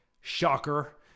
Shocker